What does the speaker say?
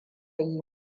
yi